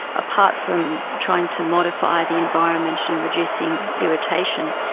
apart from trying to modify the environment and reducing irritation,